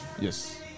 Yes